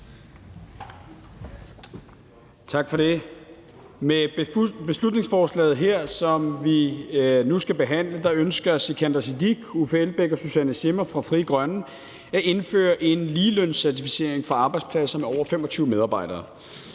Tak for det. Med beslutningsforslaget her, som vi nu skal behandle, ønsker Sikandar Siddique, Uffe Elbæk og Susanne Zimmer fra Frie Grønne at indføre en ligelønscertificering for arbejdspladser med over 25 medarbejdere.